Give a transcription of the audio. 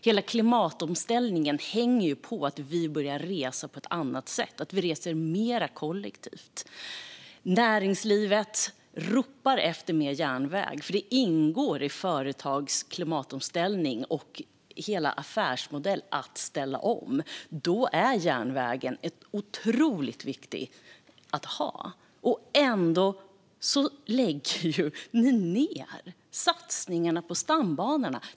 Hela klimatomställningen hänger på att vi börjar resa på ett annat sätt, mer kollektivt. Näringslivet ropar på mer järnväg, för det ingår i företagens klimatomställning och hela affärsmodell att ställa om. Järnvägen är alltså otroligt viktig, men ni lägger ned satsningen på stambanorna.